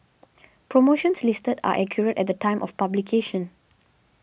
promotions listed are accurate at the time of publication